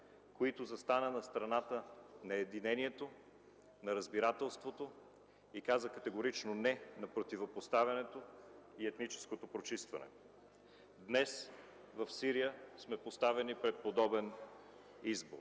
които застанаха на страната на единението, на разбирателството и каза категорично „не” на противопоставянето и етническото прочистване. Днес за Сирия сме поставени пред подобен избор.